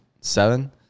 Seven